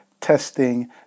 Testing